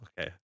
okay